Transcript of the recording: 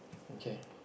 okay